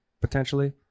potentially